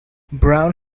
brown